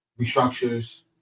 restructures